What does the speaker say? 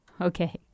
Okay